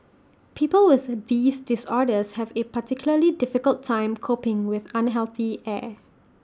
people with A these disorders have A particularly difficult time coping with unhealthy air